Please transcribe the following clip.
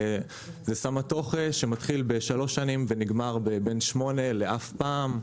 זו סמטוחה שמתחילה בשלוש שנים ונגמרת בין שמונה שנים לאף פעם,